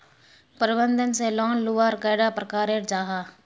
प्रबंधन से लोन लुबार कैडा प्रकारेर जाहा?